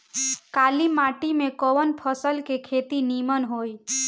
काली माटी में कवन फसल के खेती नीमन होई?